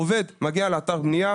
עובד מגיע לאתר בנייה,